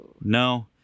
no